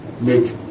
make